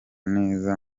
neza